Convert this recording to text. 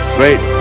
great